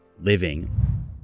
living